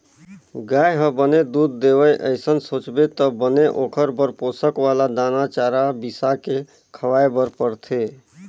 गाय ह बने दूद देवय अइसन सोचबे त बने ओखर बर पोसक वाला दाना, चारा बिसाके खवाए बर परथे